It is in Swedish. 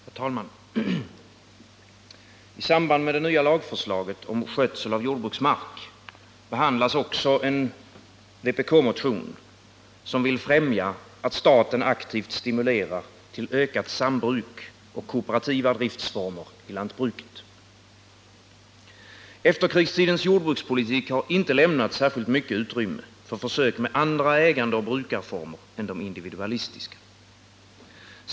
Herr talman! I samband med det nya lagförslaget om skötsel av jordbruksmark behandlas också en vpk-motion, som vill främja att staten aktivt stimulerar till ökat sambruk och kooperativa driftsformer i lantbruket. Efterkrigstidens jordbrukspolitik har inte lämnat särskilt mycket utrymme för försök med andra ägandeoch brukarformer än de individualistiska.